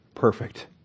perfect